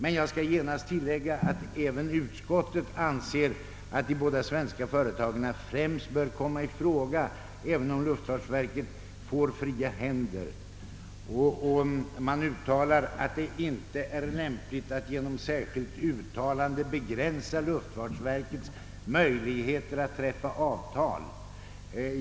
Jag skall dock genast tillägga att även utskottet anser att de båda svenska företagen främst bör komma i fråga även om luftfartsverket får fria händer. Utskottsmajoriteten uttalar att det inte är lämpligt att »genom särskilt uttalande begränsa luftfartsverkets möjligheter att träffa avtal».